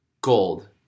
gold